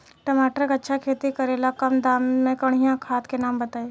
टमाटर के अच्छा खेती करेला कम दाम मे बढ़िया खाद के नाम बताई?